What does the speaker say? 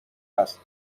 است